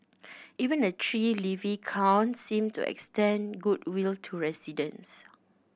even the tree leafy crown seemed to extend goodwill to residents